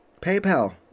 PayPal